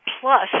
plus